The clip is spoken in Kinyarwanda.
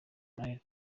noheli